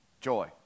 joy